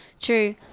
true